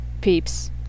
peeps